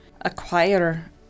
acquire